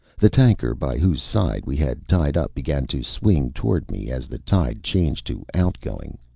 the tanker by whose side we had tied up began to swing toward me as the tide changed to outgoing.